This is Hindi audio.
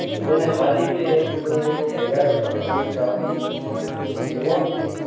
मैंने हाल ही में एक बजाज कम्पनी का रिमोट